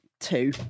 Two